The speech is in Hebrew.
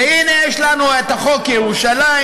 והנה יש לנו את חוק ירושלים,